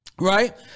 right